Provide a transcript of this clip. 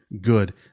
good